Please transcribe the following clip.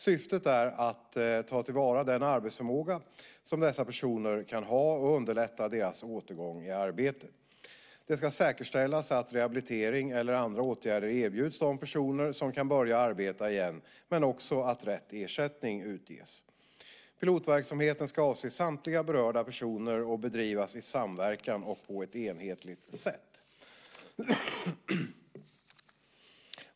Syftet är att ta till vara den arbetsförmåga som dessa personer kan ha och underlätta deras återgång i arbete. Det ska säkerställas att rehabilitering eller andra åtgärder erbjuds de personer som kan börja arbeta igen, men också att rätt ersättning utges. Pilotverksamheten ska avse samtliga berörda personer och bedrivas i samverkan och på ett enhetligt sätt.